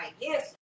yes